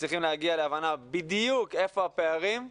מצליחים להגיע להבנה ולדעת בדיוק היכן הפערים.